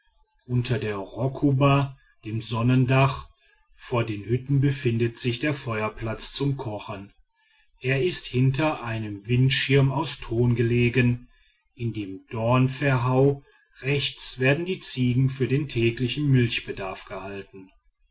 unter der rokuba dem sonnendach vor den hütten befindet sich der feuerplatz zum kochen er ist hinter einem windschirm aus ton gelegen in dem dornverhau rechts werden die ziegen für den täglichen milchbedarf gehalten